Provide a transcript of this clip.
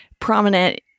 prominent